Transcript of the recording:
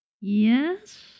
yes